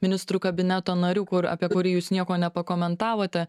ministrų kabineto narių kur apie kurį jūs nieko nepakomentavote